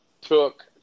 took